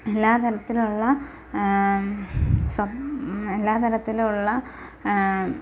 എല്ലാ തലത്തിലുള്ള സം എല്ലാ തലത്തിലുള്ള